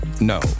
no